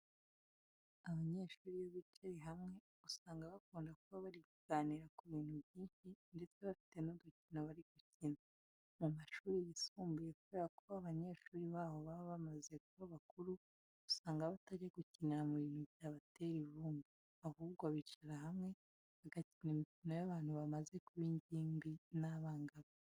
Abanyeshuri iyo bicaye hamwe usanga bakunda kuba bari kuganira ku bintu byinshi ndetse bafite n'udukino bari gukina. Mu mashuri yisumbuye kubera ko banyeshuri baho baba bamaze kuba bakuru usanga batajya gukinira mu bintu byabatera ivumbi, ahubwo bicara hamwe bagakina imikino y'abantu bamaze kuba ingimbi n'abangavu.